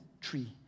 tree